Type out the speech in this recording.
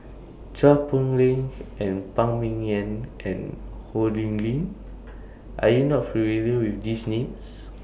Chua Poh Leng and Phan Ming Yen and Ho Lee Ling Are YOU not familiar with These Names